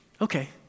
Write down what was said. Okay